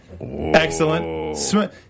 Excellent